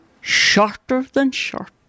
shorter-than-short